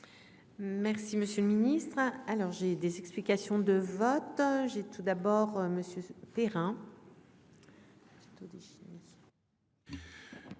Merci, monsieur le Ministre, alors j'ai des explications de vote. J'ai tout d'abord monsieur Perrin.